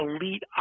elite